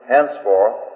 Henceforth